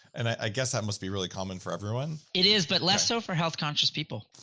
and i guess that must be really common for everyone it is but less so for health conscious people.